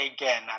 again